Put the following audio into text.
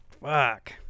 Fuck